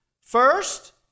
First